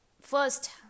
first